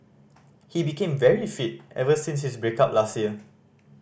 he became very fit ever since his break up last year